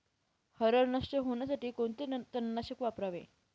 हरळ नष्ट होण्यासाठी कोणते तणनाशक वापरावे?